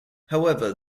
however